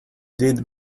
did